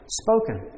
spoken